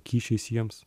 kyšiais jiems